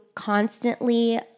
Constantly